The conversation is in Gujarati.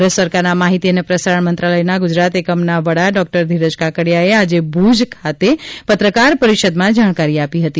ભારત સરકારના માહિતી અને પ્રસારણ મંત્રાલયના ગુજરાત એકમના વડા ડોકટર ધીરજ કાકડીયાએ આજે ભુજ ખાતે પત્રકાર પરિષદમા ંજાણકારી આપી હતી